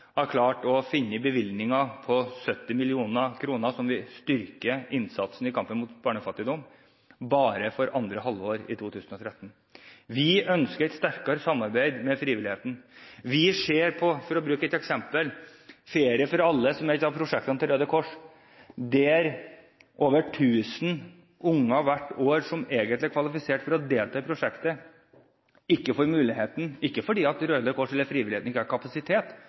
har klart å finne bevilgninger på 70 mill. kr i revidert nasjonalbudsjett som vil styrke innsatsen mot barnefattigdom for andre halvår 2013. Vi ønsker sterkere samarbeid med frivilligheten. Vi kan bruke Ferie for alle som et eksempel. Det er et av prosjektene til Røde Kors, der over 1 000 unger hvert år som egentlig er kvalifisert til å delta i prosjektet, ikke får muligheten. Det er ikke fordi Røde Kors eller frivilligheten ikke har kapasitet,